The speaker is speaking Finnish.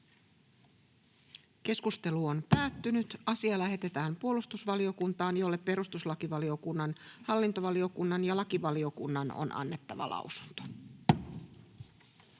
ehdottaa, että asia lähetetään puolustusvaliokuntaan, jolle perustuslakivaliokunnan, hallintovaliokunnan ja lakivaliokunnan on annettava lausunto.